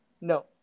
no